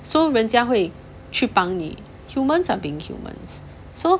so 人家会去帮你 humans are being humans so